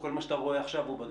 כל מה שאתה רואה עכשיו הוא בדוח.